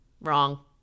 Wrong